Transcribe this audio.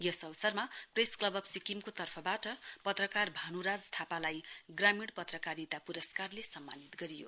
यस अवसरमा press club of सिक्किमको तर्फबाट पत्रकार भानुराज थापालाई ग्रामीण पत्रकारिता पुरस्कारले सम्मानित गरियो